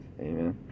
Amen